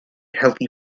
healthy